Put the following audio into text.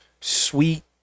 sweet